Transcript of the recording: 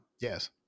Yes